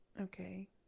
Okay